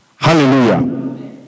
Hallelujah